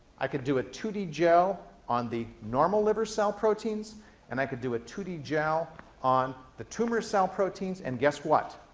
i could do a two d gel on the normal liver cell proteins and i could do a two d gel on the tumor cell proteins, and, guess what?